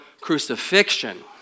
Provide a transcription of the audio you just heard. crucifixion